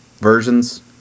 versions